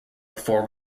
before